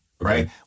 right